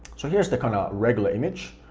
so here's the kinda regular image,